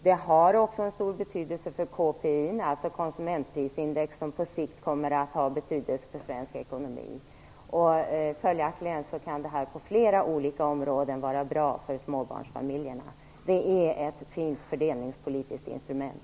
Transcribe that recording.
Det har också en stor betydelse för KPI, alltså konsumentprisindex, som på sikt kommer att ha betydelse för svensk ekonomi. Följaktligen kan detta på flera olika områden vara bra för småbarnsfamiljerna. Det är ett fint fördelningspolitiskt instrument.